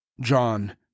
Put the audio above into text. John